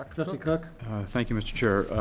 trustee cook thank you, mr. chair.